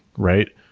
right?